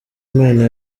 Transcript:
imana